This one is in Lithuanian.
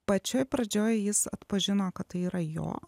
pačioj pradžioj jis atpažino kad tai yra jo